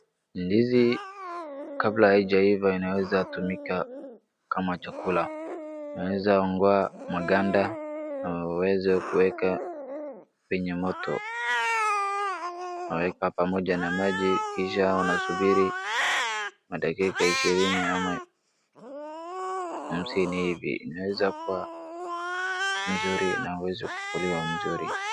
Ndizi kabla haijaiva inaweza kutumika kama chakula unaweza ngoa maganda na uweze kuweka kwenye moto, unaweka pamoja na maji kisha unasubiri madakika ishirini ama hamsini hivi inaweza kuwa mzuri na uweze kuliwa mzuri.